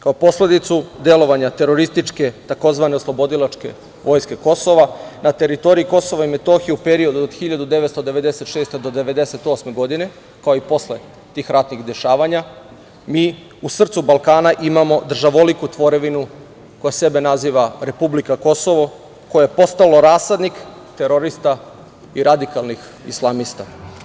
Kao posledicu delovanja terorističke tzv. oslobodilačke vojske Kosova, na teritoriji KiM u periodu od 1996-1998. godine, kao i posle tih ratnih dešavanja, mi u srcu Balkana imamo državoliku tvorevinu koja sebe naziva "Republika Kosovo", koje je postalo rasadnik terorista i radikalnih islamista.